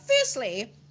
firstly